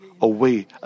away